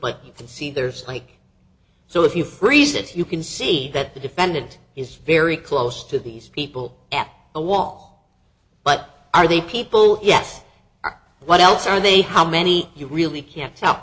you can see there's like so if you freeze it you can see that the defendant is very close to these people at the wall but are the people yes are what else are they how many you really can't tell